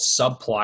subplot